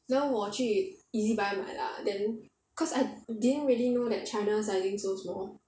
然后我去 ezbuy 买 lah then cause I didn't really know that china sizing so small